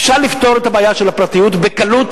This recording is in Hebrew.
אפשר לפתור את הבעיה של הפרטיות בקלות,